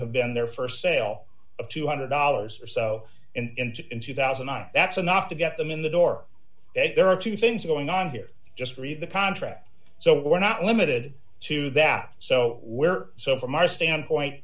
have been their st sale of two hundred dollars or so and in two thousand and that's enough to get them in the door there are two things going on here just read the contract so we're not limited to that so we're so from our standpoint